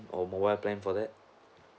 or mobile plan for that